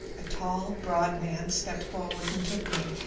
a tall, broad man stepped forward and took me,